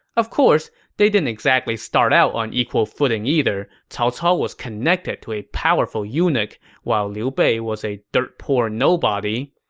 of course, they didn't exactly start on equal footing either. cao cao was connected to a powerful eunuch while liu bei was a dirt-poor nobody.